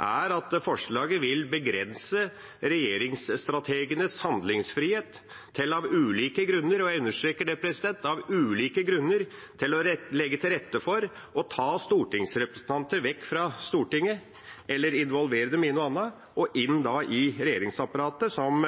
er at forslaget vil begrense regjeringsstrategenes handlingsfrihet til av ulike grunner – og jeg understreker av ulike grunner – å legge til rette for å ta stortingsrepresentanter vekk fra Stortinget, eller involvere dem i noe annet, og inn i regjeringsapparatet som